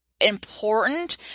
important